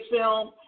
film